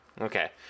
okay